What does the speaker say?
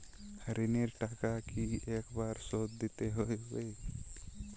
ঋণের টাকা কি একবার শোধ দিতে হবে?